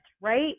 Right